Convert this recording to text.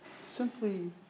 simply